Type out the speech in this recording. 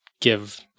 give